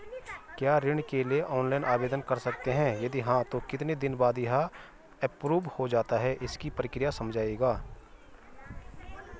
क्या ऋण के लिए हम ऑनलाइन आवेदन कर सकते हैं यदि हाँ तो कितने दिन बाद यह एप्रूव हो जाता है इसकी प्रक्रिया समझाइएगा?